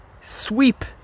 sweep